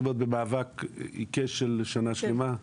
את אומרת במאבק עיקש של שנה שלמה?